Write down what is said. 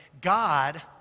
God